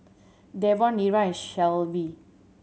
Davon Nira and Shelvie